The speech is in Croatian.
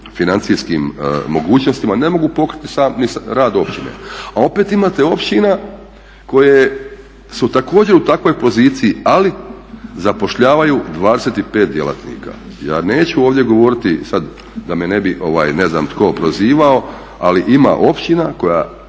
financijskim mogućnostima ne mogu pokriti ni rad općine. A opet imate općina koje su također u takvoj poziciji ali zapošljavaju 25 djelatnika. Ja neću ovdje govoriti sada da me ne bi ne znam tko prizivao ali ima općina koju